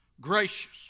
gracious